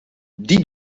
die